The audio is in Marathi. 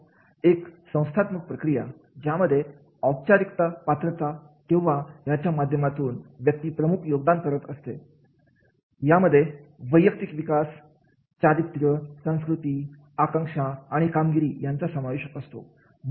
एक संस्थात्मक प्रक्रिया ज्यामध्ये औपचारिक पात्रता किंवा यांच्या माध्यमातून व्यक्ती प्रमुख योगदान करता करत असतो यामध्ये वैयक्तिक विकास चारित्र्य संस्कृती आकांक्षाआणि कामगिरी यांचा समावेश असतो